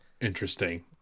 Interesting